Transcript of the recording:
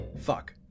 fuck